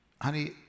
Honey